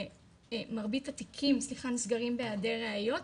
מרבית התיקים נסגרים בהיעדר ראיות,